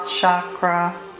chakra